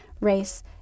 race